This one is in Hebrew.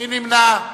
מי נמנע?